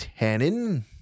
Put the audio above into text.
Tannen